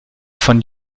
von